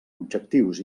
objectius